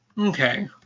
Okay